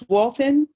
Walton